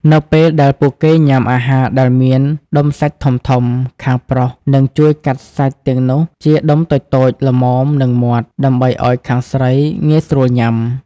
នៅពេលដែលពួកគេញ៉ាំអាហារដែលមានដុំសាច់ធំៗ ខាងប្រុសនឹងជួយកាត់សាច់ទាំងនោះជាដុំតូចៗល្មមនឹងមាត់ ដើម្បីឱ្យខាងស្រីងាយស្រួលញ៉ាំ។